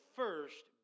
first